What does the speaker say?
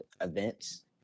events